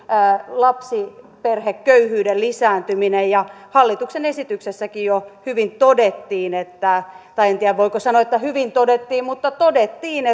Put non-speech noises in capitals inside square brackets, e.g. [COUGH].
lapsiperheköyhyyden lisääntyminen ja hallituksen esityksessäkin jo hyvin todettiin tai en tiedä voiko sanoa että hyvin todettiin mutta todettiin [UNINTELLIGIBLE]